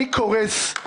אני קורס.